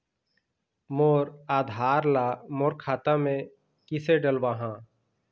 मोर आधार ला मोर खाता मे किसे डलवाहा?